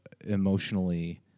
emotionally